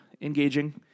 engaging